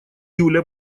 июля